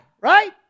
right